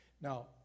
Now